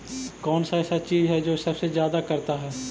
कौन सा ऐसा चीज है जो सबसे ज्यादा करता है?